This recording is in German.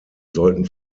sollten